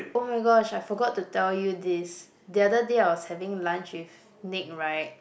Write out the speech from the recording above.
oh-my-gosh I forgot to tell you this the other day I was having lunch with Nick right